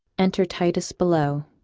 enter titus, below